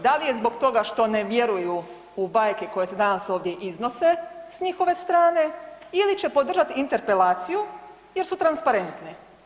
Da li je zbog toga što ne vjeruju u bajke koje se danas ovdje iznose s njihove strane ili će podržati interpelaciju jer su transparentne?